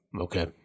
Okay